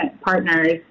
partners